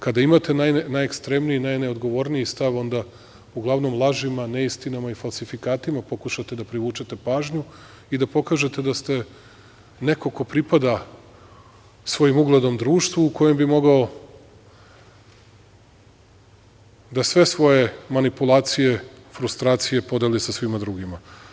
Kada imate najnekstremniji i najneodgovorniji stav, onda uglavnom lažima, neistinama i falsifikatima pokušate da privučete pažnju i da pokažete da ste neko ko pripada svojim ugledom društvu, u kojem bi mogao da se svoje manipulacije, frustracije podeli sa svima drugima.